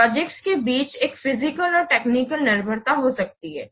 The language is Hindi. प्रोजेक्ट्स के बीच एक फिजिकल और टेक्निकल निर्भरता हो सकती है